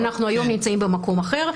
נכון שהיום אנחנו נמצאים במקום אחר,